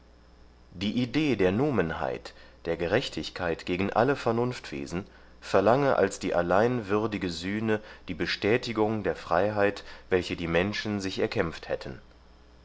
die idee der numenheit die gerechtigkeit gegen alle vernunftwesen verlange als die allein würdige sühne die bestätigung der freiheit welche die menschen sich erkämpft hätten